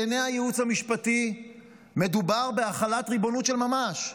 בעיני הייעוץ המשפטי מדובר בהחלת ריבונות של ממש,